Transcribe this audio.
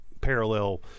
parallel